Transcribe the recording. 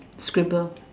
scribble